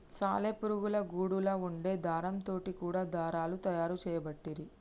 సాలె పురుగుల గూడులా వుండే దారం తోటి కూడా దారాలు తయారు చేయబట్టిరి